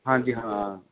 ਹਾਂਜੀ ਹਾਂ